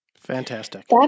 Fantastic